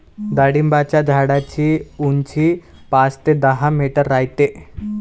डाळिंबाच्या झाडाची उंची पाच ते दहा मीटर राहते